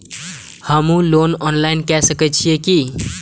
हमू loan online के सके छीये की?